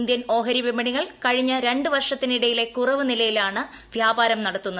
Indian ഓഹരി വിപണികൾ കഴിഞ്ഞ ര് വർഷത്തിനിടയിലെ കുറവ് നിലയിലാണ് വ്യാപാരം നടത്തുന്നത്